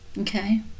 Okay